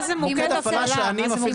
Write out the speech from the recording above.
מוקד הפעלה שאני מפעיל את המתנדבים שלי.